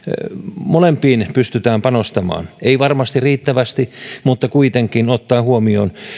molempiin pystytään panostamaan ei varmasti riittävästi mutta kuitenkin ottaen huomioon